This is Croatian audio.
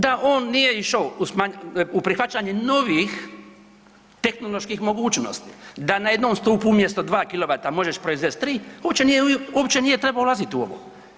Da on nije išao u prihvaćanje novih tehnoloških mogućnosti, da na jednom stupu umjesto 2 kilovata možeš proizvesti 3, uopće nije trebao ulaziti u ovo.